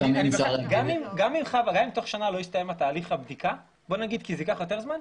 גם אם תוך שנה לא יסתיים תהליך הבדיקה אלא ייקח יותר זמן,